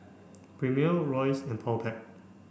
Premier Royce and Powerpac